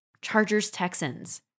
Chargers-Texans